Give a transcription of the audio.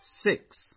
six